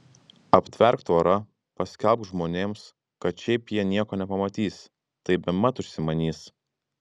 aptverk tvora paskelbk žmonėms kad šiaip jie nieko nepamatys tai bemat užsimanys